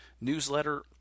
newsletter